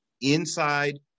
Inside